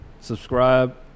subscribe